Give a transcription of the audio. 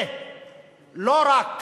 ולא רק